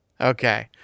Okay